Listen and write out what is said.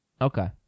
Okay